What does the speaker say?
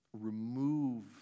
remove